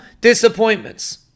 disappointments